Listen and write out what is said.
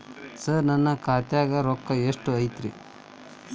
ಸರ ನನ್ನ ಖಾತ್ಯಾಗ ರೊಕ್ಕ ಎಷ್ಟು ಐತಿರಿ?